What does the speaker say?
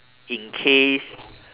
in case